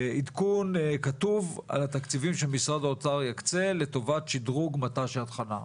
עדכון כתוב על התקציבים שמשרד האוצר יקצה לטובת שדרוג מט"ש יד חנה,